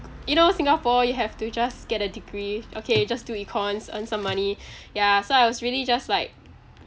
you know singapore you have to just get a degree okay just do econs earn some money ya so I was really just like